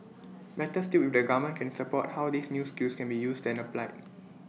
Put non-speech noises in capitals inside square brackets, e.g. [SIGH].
[NOISE] better still if the government can support how these new skills can be used and applied